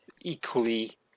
equally